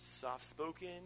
soft-spoken